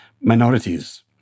minorities